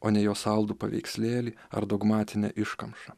o ne jo saldų paveikslėlį ar dogmatinę iškamšą